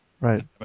Right